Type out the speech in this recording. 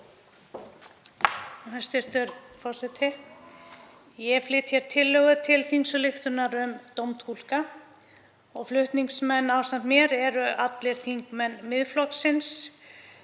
Ég flyt hér tillögu til þingsályktunar um dómtúlka. Flutningsmenn ásamt mér eru allir þingmenn Miðflokksins.